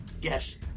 Yes